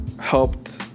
helped